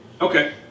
Okay